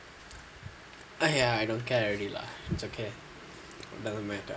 !haiya! I don't care already lah it's okay doesn't matter